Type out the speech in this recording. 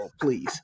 please